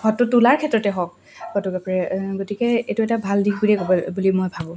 photo তোলাৰ ক্ষেত্ৰতে হওক ফটোগ্ৰাফাৰে গতিকে এইটো এটা ভাল দিশ বুলিয়ে ক'ব বুলি মই ভাবোঁ